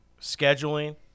scheduling